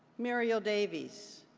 muriel davies,